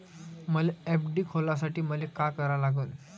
मले एफ.डी खोलासाठी मले का करा लागन?